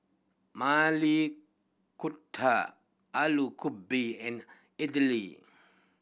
Maili Kofta Alu Gobi and Idili